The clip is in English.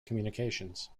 communications